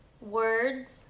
words